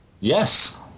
Yes